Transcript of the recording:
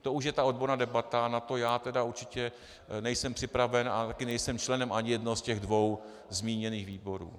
To už je ta odborná debata, na to já tedy určitě nejsem připraven a taky nejsem členem ani jednoho ze dvou zmíněných výborů.